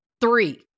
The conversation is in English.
three